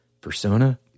persona